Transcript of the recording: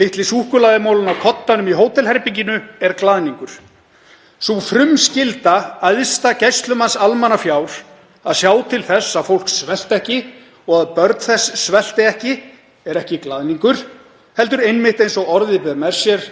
Litli súkkulaðimolinn á koddanum í hótelherberginu er glaðningur. Sú frumskylda æðsta gæslumanns almannafjár að sjá til þess að fólk svelti ekki og að börn þess svelti ekki er ekki glaðningur heldur einmitt, eins og orðið ber með sér,